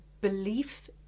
belief